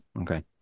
Okay